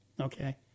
Okay